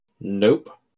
Nope